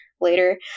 later